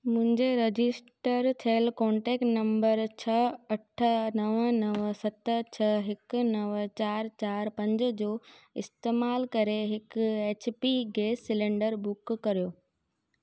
मुंहिंजे रजिस्टर थियल contact number छह अठ नव नव सत छह हिक नव चारि चारि पंज जो इस्तैमालु करे हिकु H P gas cylinder book करियो